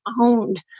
owned